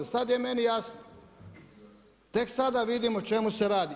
Sada je meni jasno tek sada vidim o čemu se radi.